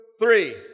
three